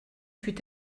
fut